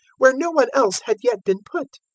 where no one else had yet been put.